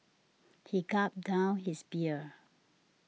he gulped down his beer